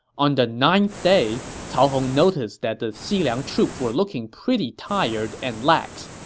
on the ninth day, cao hong noticed that the xiliang troops were looking pretty tired and lax,